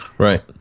Right